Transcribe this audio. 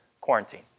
quarantine